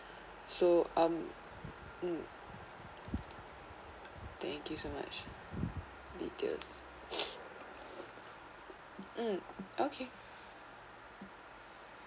so um mm thank you so much thank you um okay